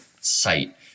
site